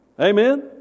Amen